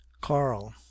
carl